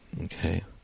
Okay